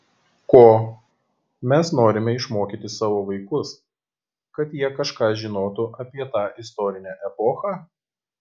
ko mes norime išmokyti savo vaikus kad jie kažką žinotų apie tą istorinę epochą